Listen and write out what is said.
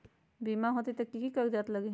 बिमा होई त कि की कागज़ात लगी?